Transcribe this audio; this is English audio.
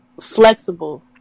flexible